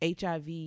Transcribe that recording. hiv